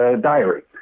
diary